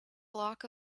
block